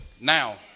now